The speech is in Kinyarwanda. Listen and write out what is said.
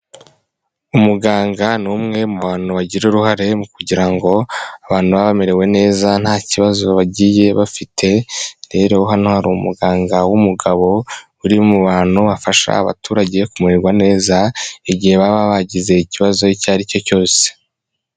Umuganga ni umwe mu bantu bagira uruhare mu kugira ngo abantu baba bamerewe neza nta kibazo bagiye bafite, rero hano hari umuganga w'umugabo uri mu bantu afasha abaturage kumererwa neza igihe baba bagize ikibazo icyo ari cyo cyose.